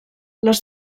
les